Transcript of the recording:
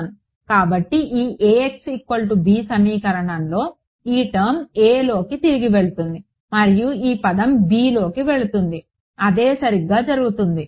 కాబట్టి ఈ సమీకరణంలో ఈ టర్మ్ లోకి తిరిగి వెళ్తుంది మరియు ఈ పదం లోకి వెళ్తుంది అదే సరిగ్గా జరుగుతుంది